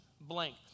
blank